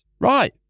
Right